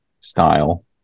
style